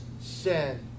sin